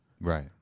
Right